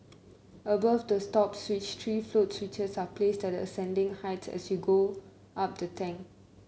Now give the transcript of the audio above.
above the stop switch three float switches are placed at ascending heights as you go up the tank